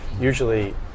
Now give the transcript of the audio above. Usually